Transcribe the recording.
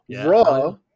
Raw